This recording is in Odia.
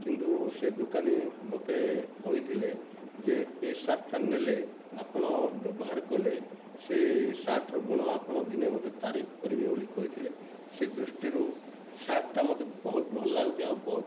କିନ୍ତୁ ସେ ଦୋକାନୀ ମୋତେ କହିଥିଲେ ଯେ ଏ ସାର୍ଟଟା ନେଲେ ଆପଣ ବ୍ୟବହାର କଲେ ସେଇ ସାର୍ଟର ଗୁଣ ଆପଣ ଦିନେ ମୋତେ ତାରିଫ୍ କରିବେ ବୋଲି କହିଥିଲେ ସେ ଦୃଷ୍ଟିରୁ ସାର୍ଟଟା ମୋତେ ବହୁତ ଭଲ ଲାଗୁଛି ଆଉ ବହୁତ